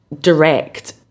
direct